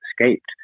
escaped